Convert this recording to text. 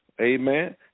Amen